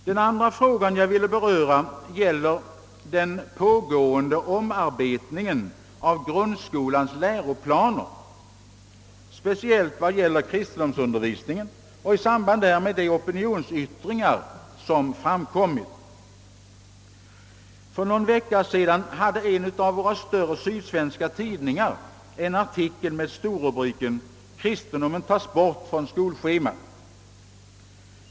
Den andra frågan jag ville beröra gäller den pågående omarbetningen av grundskolans läroplaner, speciellt vad gäller kristendomsundervisningen, och i samband därmed de opinionsyttringar som framkommit. För någon vecka sedan hade en av våra större sydsvenska tidningar en artikel med storrubriken »Kristendomen tas bort från skolschemat».